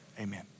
amen